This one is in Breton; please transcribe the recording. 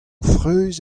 frouezh